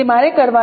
તો હું શું કરીશ